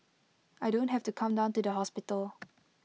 I don't have to come down to the hospital